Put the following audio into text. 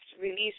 release